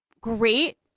great